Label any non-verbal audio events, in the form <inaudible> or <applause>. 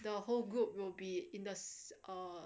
the whole group will be in the <noise> err